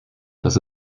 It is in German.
das